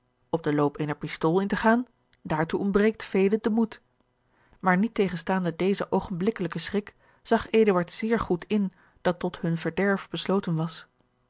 op den loop eener pistool in te gaan daartoe ontbreekt velen den moed maar niettegenstaande dezen oogenblikkelijken schrik zag eduard zeer goed in dat tot hun verderf besloten was